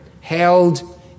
held